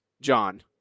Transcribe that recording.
John